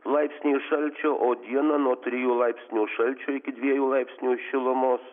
laipsniai šalčio o dieną nuo trijų laipsnių šalčio iki dviejų laipsnių šilumos